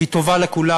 טובים לכולם.